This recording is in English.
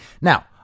Now